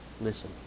listen